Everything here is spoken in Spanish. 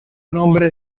nombre